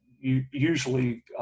usually